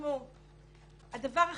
בסוף מה